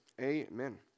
Amen